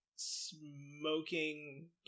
smoking